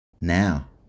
Now